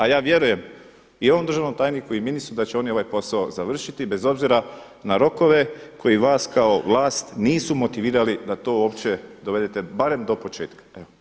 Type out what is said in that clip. A ja vjerujem i ovom državnom tajniku i ministru da će oni ovaj posao završiti bez obzira na rokove koji vas kao vlast nisu motivirali da to uopće dovedete barem do početka.